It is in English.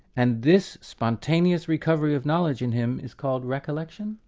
and this spontaneous recovery of knowledge in him is called recollection?